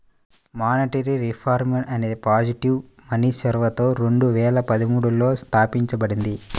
monetary reform అనేది positive money చొరవతో రెండు వేల పదమూడులో తాపించబడింది